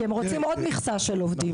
כי הם רוצים עוד מכסה של עובדים.